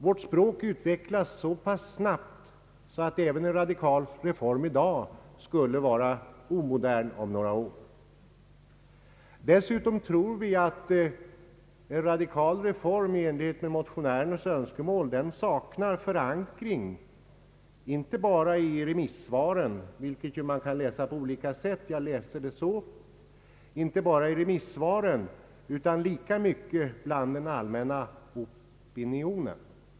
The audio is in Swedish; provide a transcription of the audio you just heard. Vårt språk utvecklas så pass snabbt att en radikal reform genomförd i dag skulle vara omodern om några år. Dessutom tror vi att en radikal reform i enlighet med motionärernas önskemål saknar förankring inte bara i remisssvaren, vilka kan läsas på olika sätt, utan lika mycket bland den allmänna opinionen.